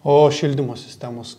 o šildymo sistemos